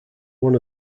one